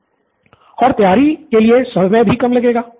सिद्धार्थ और तैयारी के लिए समय भी कम लगेगा